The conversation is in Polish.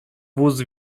wóz